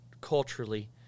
culturally